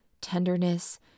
tenderness